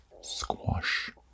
squash